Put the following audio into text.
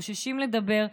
חוששים לדבר.